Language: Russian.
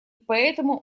поэтому